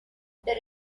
the